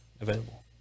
available